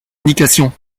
indication